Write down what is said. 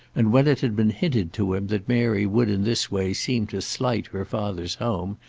and when it had been hinted to him that mary would in this way seem to slight her father's home,